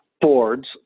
boards